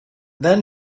then